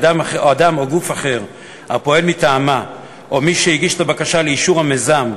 אדם או גוף אחר הפועל מטעמה או מי שהגיש את הבקשה לאישור המיזם,